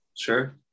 Sure